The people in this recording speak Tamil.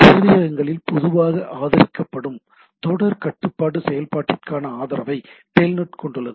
சேவையகங்களால் பொதுவாக ஆதரிக்கப்படும் தொடர் கட்டுப்பாட்டு செயல்பாட்டிற்கான ஆதரவை டெல்நெட் கொண்டுள்ளது